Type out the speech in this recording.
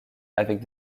avec